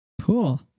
Cool